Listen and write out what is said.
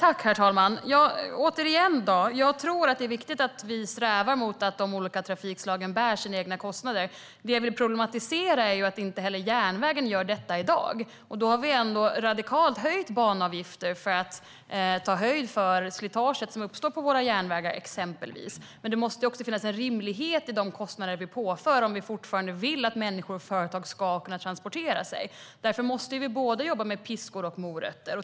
Herr talman! Återigen tror jag att det är viktigt att vi strävar mot att de olika trafikslagen bär sina egna kostnader. Problemet är att inte heller järnvägen gör det i dag. Då har banavgifterna ändå höjts radikalt för att ta höjd för slitaget som uppstår på våra järnvägar. Men det måste också finnas en rimlighet i de kostnader som påförs om vi fortfarande vill att människor och företag ska kunna transportera sig. Därför måste man jobba med både piskor och morötter.